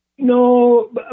No